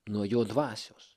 nuo jo dvasios